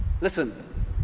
Listen